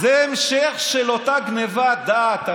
זה המשך של אותה גנבת דעת.